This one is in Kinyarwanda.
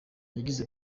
yagize